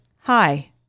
hi